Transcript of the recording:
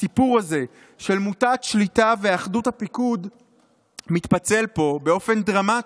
הסיפור הזה של מוטת שליטה ואחדות הפיקוד מתפצל פה באופן דרמטי,